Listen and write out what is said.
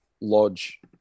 Lodge